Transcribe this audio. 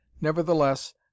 Nevertheless